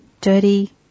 dirty